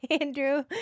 Andrew